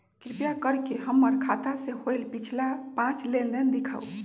कृपा कर के हमर खाता से होयल पिछला पांच लेनदेन दिखाउ